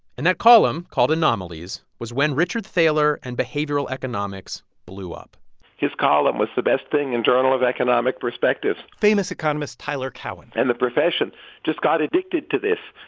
and that column, called anomalies, was when richard thaler and behavioral economics blew up his column was the best thing in journal of economic perspectives famous economist tyler cowen and the profession just got addicted to this.